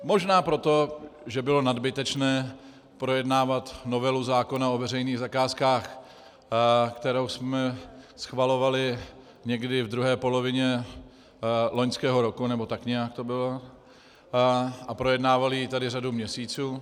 Možná proto, že bylo nadbytečné projednávat novelu zákona o veřejných zakázkách, kterou jsme schvalovali někdy v druhé polovině loňského roku, nebo tak nějak to bylo, a projednávali ji tady řadu měsíců.